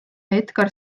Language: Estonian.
edgar